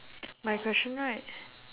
my question right